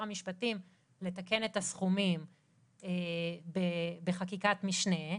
המשפטים לתקן את הסכומים בחקיקת משנה,